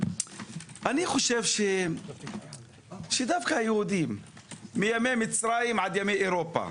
אני חושב שדווקא היהודים מימי מצרים עד ימי אירופה,